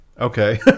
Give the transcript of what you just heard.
okay